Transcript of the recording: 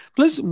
Plus